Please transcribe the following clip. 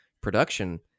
production